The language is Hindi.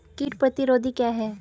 कीट प्रतिरोधी क्या है?